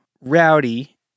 rowdy